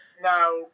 Now